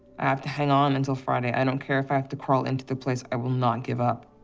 i have to hang on until friday. i don't care if i have to crawl into the place. i will not give up.